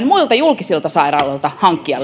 muilta julkisilta sairaaloilta hankkia